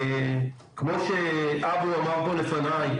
שלום לכולם.